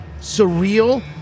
surreal